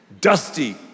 Dusty